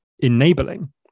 enabling